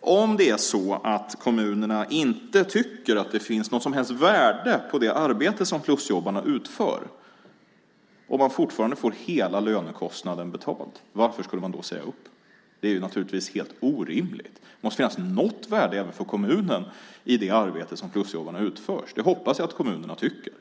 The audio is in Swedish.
Om det är så att kommunerna inte tycker att det finns något som helst värde på det arbete som plusjobbarna utför, och man fortfarande får hela lönekostnaden betald, varför skulle man då säga upp någon? Det är naturligtvis helt orimligt. Det måste finnas något värde även för kommunen i det arbete som plusjobbarna utför. Det hoppas jag att kommunerna tycker.